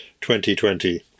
2020